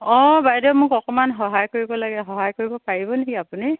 অঁ বাইদেউ মোক অকণমান সহায় কৰিব লাগে সহায় কৰিব পাৰিব নেকি আপুনি